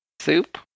Soup